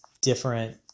different